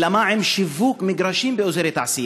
אלא מה עם שיווק מגרשים באזורי תעשייה.